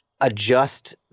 adjust